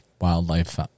Wildlife